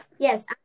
Yes